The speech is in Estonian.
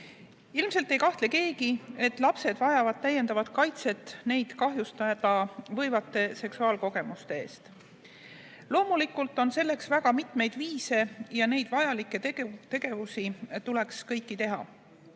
eest. Ilmselt ei kahtle keegi, et lapsed vajavad täiendavat kaitset neid kahjustada võivate seksuaalkogemuste eest. Loomulikult on selleks väga mitmeid viise ja neid vajalikke tegevusi tuleks kõiki teha.